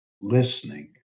listening